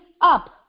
up